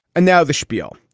and now the schpiel.